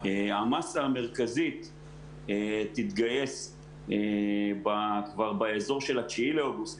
המסה המרכזית תתגייס כבר באזור ה-9 באוגוסט,